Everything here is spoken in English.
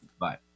bye